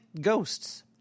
ghosts